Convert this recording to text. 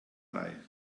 reihe